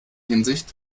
hinsicht